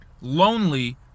lonely